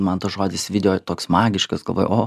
man tas žodis video toks magiškas galvoju o